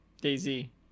Daisy